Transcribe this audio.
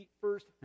first